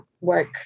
work